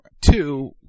two